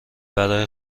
برای